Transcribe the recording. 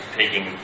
taking